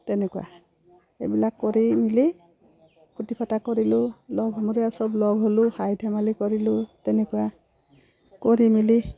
তেনেকুৱা এইবিলাক কৰি মেলি ফূৰ্তি ফাৰ্টা কৰিলোঁ লগ সমনীয়া চব লগ হ'লোঁ হাঁহি ধেমালি কৰিলোঁ তেনেকুৱা কৰি মেলি